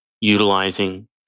utilizing